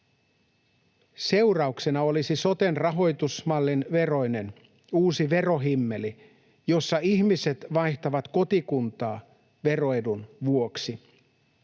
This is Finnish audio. Seurauksena olisi soten rahoitusmallin veroinen uusi verohimmeli, jossa ihmiset vaihtavat kotikuntaa veroedun vuoksi.